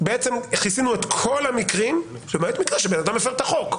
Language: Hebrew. בעצם כיסינו את כל המקרים למעט מקרה שבן אדם הפר את החוק,